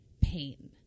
pain